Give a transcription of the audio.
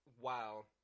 Wow